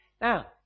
Now